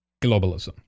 globalism